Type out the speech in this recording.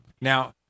now